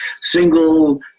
single